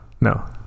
no